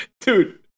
dude